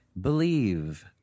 believe